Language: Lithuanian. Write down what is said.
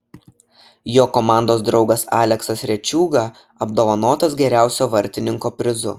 jo komandos draugas aleksas rečiūga apdovanotas geriausio vartininko prizu